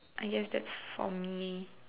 I guess that's for me